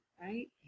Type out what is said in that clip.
right